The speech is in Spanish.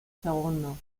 segundo